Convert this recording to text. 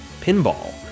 pinball